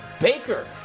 Baker